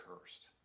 cursed